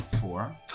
Four